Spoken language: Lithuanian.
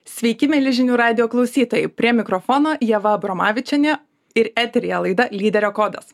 sveiki mieli žinių radijo klausytojai prie mikrofono ieva abromavičienė ir eteryje laida lyderio kodas